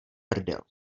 prdel